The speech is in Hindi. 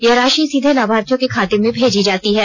यह राशि सीधे लाभार्थियों के खाते में भेजी जाती है